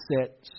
set